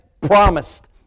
promised